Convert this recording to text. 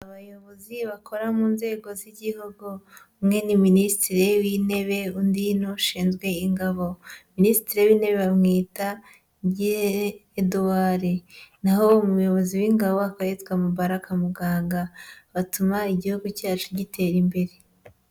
Abayobozi bakora mu nzego z'igihugu, umwe ni Minisitiri w'intebe, undi ni ushinzwe ingabo. Minisitiri w'Intebe bamwita Ngirente Eduard, na ho umuyobozi w'ingabo akaba yitwa Mubaraka Muganga, batuma igihugu cyacu gitera imbere.